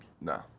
No